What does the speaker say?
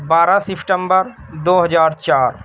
بارہ سپتمبر دو ہزار چار